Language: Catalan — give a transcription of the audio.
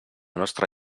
nostra